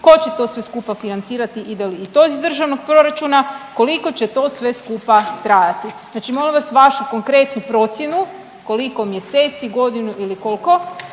tko će to sve skupa financirati i ide li to iz državnog proračuna, koliko će to sve skupa trajati? Znači molim vas vašu konkretnu procjenu koliko mjeseci, godinu ili koliko,